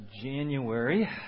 January